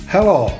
Hello